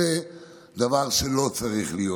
זה דבר שלא צריך להיות.